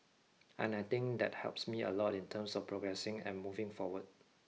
and I think that helps me a lot in terms of progressing and moving forward